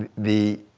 and the,